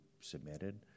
submitted